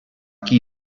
chi